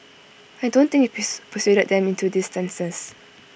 I don't think he persuaded them into these stances